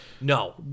No